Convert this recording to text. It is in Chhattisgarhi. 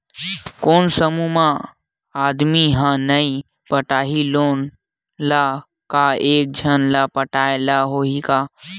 कोन समूह के आदमी हा नई पटाही लोन ला का एक झन ला पटाय ला होही का?